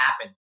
happen